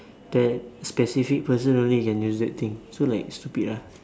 that specific person only can use that thing so like stupid ah